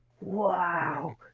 wow